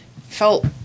felt